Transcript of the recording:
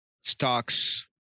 stocks